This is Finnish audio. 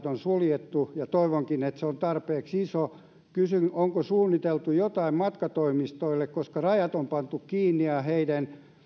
on suljettu ja toivonkin että se on tarpeeksi iso niin onko suunniteltu jotain matkatoimistoille koska rajat on pantu kiinni ja ja heidän